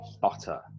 butter